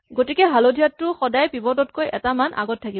গতিকে হালধীয়াটো সদায় পিভট তকৈ এটা মান আগত থাকিব